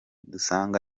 dusanga